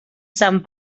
sant